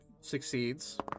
succeeds